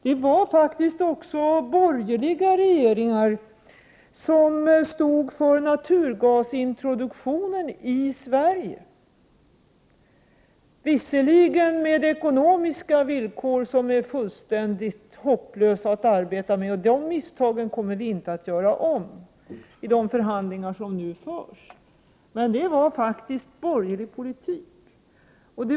Det var faktiskt också borgerliga regeringar som stod för naturgasintroduktionen i Sverige, visserligen med ekonomiska villkor som är fullständigt hopplösa att arbeta med — och de misstagen kommer vi inte att göra om i de förhandlingar som nu förs. Men det var alltså faktiskt borgerlig politik.